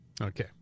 Okay